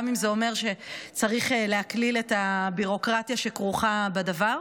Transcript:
גם אם זה אומר שצריך להקליל את הביורוקרטיה שכרוכה בדבר.